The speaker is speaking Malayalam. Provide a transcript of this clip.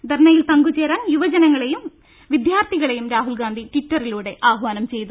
ധർണയിൽ പങ്ക് ചേരാൻ യുവജനങ്ങളെയും വിദ്യാർത്ഥികളെയും രാഹുൽഗാന്ധി ട്വിറ്ററിലൂടെ ആഹ്വാനം ചെയ്തു